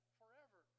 forever